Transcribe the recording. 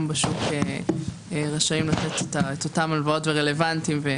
בשוק רשאים לתת את אותן הלוואות ורלוונטיים.